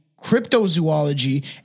cryptozoology